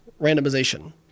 randomization